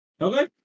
Okay